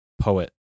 poet